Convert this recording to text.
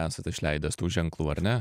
esat išleidęs tų ženklų ar ne